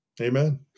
Amen